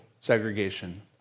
segregation